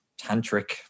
tantric